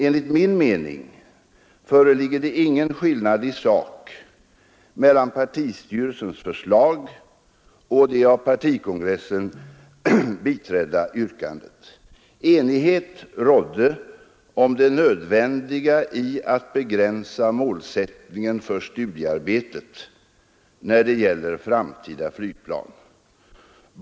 Enligt min mening föreligger det ingen skillnad i sak mellan partistyrelsens förslag och det av partikongressen biträdda yrkandet. har bett mig redogöra för partistyrelsens förslag och Enighet rådde om det nödvändiga i att begränsa målsättningen för studiearbetet när det gäller framtida flygplan.